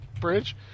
bridge